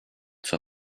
zur